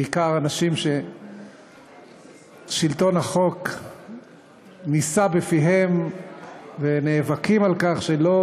בעיקר אנשים ששלטון החוק נישא בפיהם והם נאבקים על כך שלא